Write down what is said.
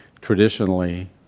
Traditionally